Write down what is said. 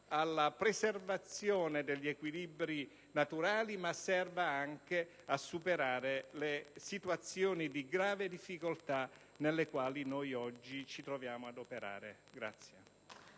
alla preservazione degli equilibri naturali, ma anche a superare le situazioni di grave difficoltà nelle quali oggi ci troviamo ad operare.